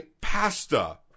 pasta